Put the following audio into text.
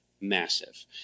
massive